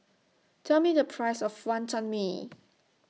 Tell Me The Price of Wonton Mee